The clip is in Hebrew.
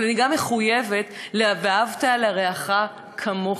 אבל אני מחויבת גם ל"ואהבת לרעך כמוך".